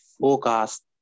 Forecast